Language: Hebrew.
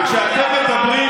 וכשאתם מדברים,